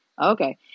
Okay